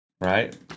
right